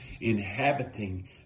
inhabiting